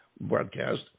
broadcast